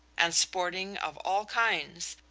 and sporting of all kinds,